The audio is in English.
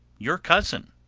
your cousin.